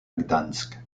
gdańsk